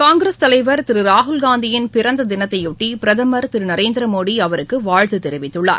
காங்கிரஸ் தலைவர் திரு ராகுல்காந்தியின் பிறந்ததினத்தையொட்டி பிரதமர் திரு நரேந்திர மோடி அவருக்கு வாழ்த்து தெரிவித்துள்ளார்